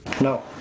No